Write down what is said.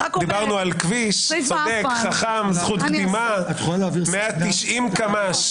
דיברנו על כביש, צודק, חכם, זכות קדימה, 190 קמ"ש.